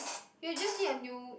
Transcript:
you just need a new